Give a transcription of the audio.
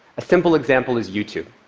a simple example is youtube.